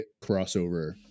crossover